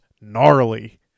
gnarly